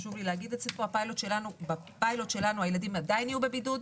חשוב לי להגיד שבפיילוט שלנו הילדים עדיין יהיו בבידוד,